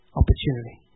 opportunity